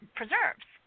preserves